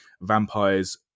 vampires